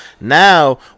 now